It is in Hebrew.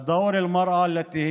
אבל בכל יום האישה ממלאת תפקיד.